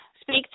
speak